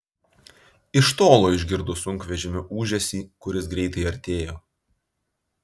iš tolo išgirdo sunkvežimio ūžesį kuris greitai artėjo